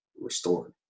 restored